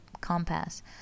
compass